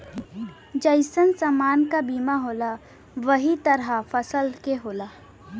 जइसन समान क बीमा होला वही तरह फसल के होला